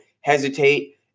hesitate